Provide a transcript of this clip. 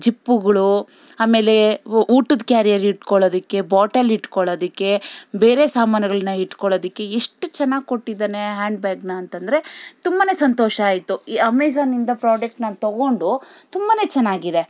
ಜಿಪ್ಪುಗಳು ಆಮೇಲೆ ಊಟದ ಕ್ಯಾರಿಯರ್ ಇಟ್ಕೊಳೋದಿಕ್ಕೆ ಬಾಟಲ್ ಇಟ್ಕೊಳೋದಿಕ್ಕೆ ಬೇರೆ ಸಾಮಾನುಗಳ್ನ ಇಟ್ಕೊಳೋದಿಕ್ಕೆ ಎಷ್ಟು ಚೆನ್ನಾಗ್ ಕೊಟ್ಟಿದಾನೆ ಹ್ಯಾಂಡ್ ಬ್ಯಾಗನ್ನ ಅಂತಂದರೆ ತುಂಬ ಸಂತೋಷ ಆಯಿತು ಈ ಅಮೇಝಾನಿಂದ ಪ್ರಾಡಕ್ಟ್ ನಾನು ತೊಗೊಂಡು ತುಂಬ ಚೆನ್ನಾಗಿದೆ